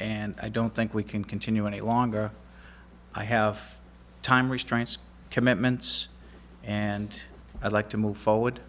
and i don't think we can continue any longer i have time restraints commitments and i'd like to move